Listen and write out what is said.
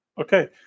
Okay